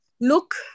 look